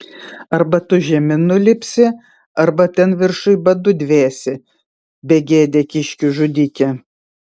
arba tu žemėn nulipsi arba ten viršuj badu dvėsi begėde kiškių žudike